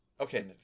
okay